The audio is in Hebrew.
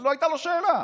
לא הייתה לו שאלה.